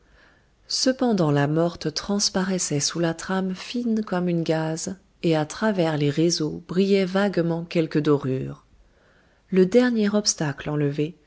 cependant la morte transparaissait sous la trame fine comme sous une gaze et à travers les réseaux brillaient vaguement quelques dorures le dernier obstacle enlevé